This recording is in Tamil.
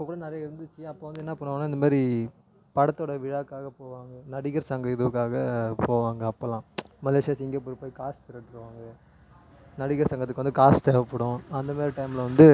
அப்போக்கூட நிறைய இருந்துச்சு அப்போது வந்து என்ன பண்ணுவாங்கன்னா இந்த மாரி படத்தோட விழாக்காக போவாங்க நடிகர் சங்க இதுவுக்காக போவாங்க அப்போலாம் மலேஷியா சிங்கப்பூர் போய் காசு திரட்டுவாங்க நடிகர் சங்கத்துக்கு வந்து காசு தேவைப்படும் அந்த மாரி டைமில் வந்து